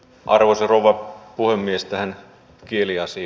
arvoisa rouva puhemies